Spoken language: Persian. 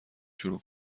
شروع